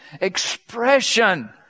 expression